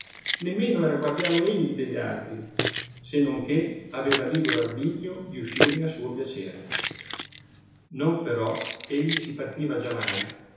meno era guardiano egli degli altri se non che aveva libero arbitrio di uscirne a suo piacere non però egli si partiva giamai